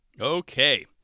okay